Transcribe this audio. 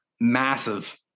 massive